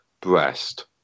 breast